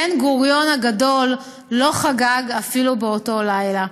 בן-גוריון הגדול לא חגג אפילו באותו לילה.